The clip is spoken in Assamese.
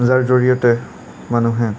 যাৰ জৰিয়তে মানুহে